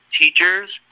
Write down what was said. teachers